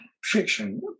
Fiction